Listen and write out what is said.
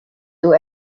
two